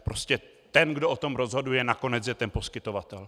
Prostě ten, kdo o tom rozhoduje nakonec, je ten poskytovatel.